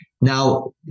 Now